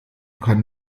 kann